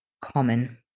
common